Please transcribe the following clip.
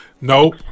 Nope